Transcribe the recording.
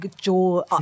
jaw